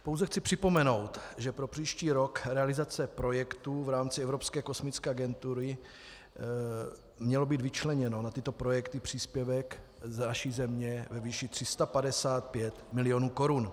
Pouze chci připomenout, že pro příští rok realizace projektů v rámci Evropské kosmické agentury měl být vyčleněn na tyto projekty příspěvek naší země ve výši 355 milionů korun.